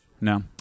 no